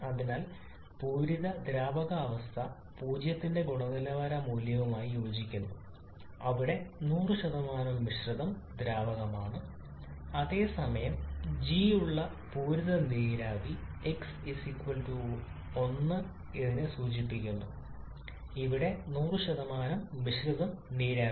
അതിനാൽ പൂരിത ദ്രാവകാവസ്ഥ 0 ന്റെ ഗുണനിലവാര മൂല്യവുമായി യോജിക്കുന്നു അവിടെ 100 മിശ്രിതം ദ്രാവകമാണ് അതേസമയം g ഉള്ള പൂരിത നീരാവി x 1 നെ സൂചിപ്പിക്കുന്നു ഇവിടെ 100 മിശ്രിതം നീരാവി